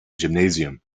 gymnasium